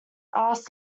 asked